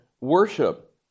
worship